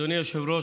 אדוני היושב-ראש,